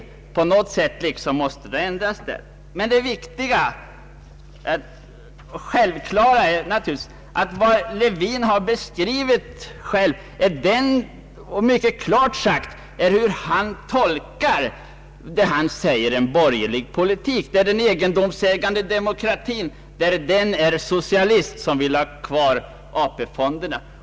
På något sätt passar det tydligen inte längre. Det viktiga är att Lewin mycket klart har beskrivit hur han tolkar vad han kallar för en borgerlig politik. Kännetecknet skulle vara den egendomsägande demokratin och att den är socialist som vill ha kvar AP-fonderna.